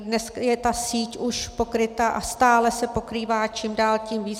Dnes je ta síť už pokryta a stále se pokrývá čím dál tím víc.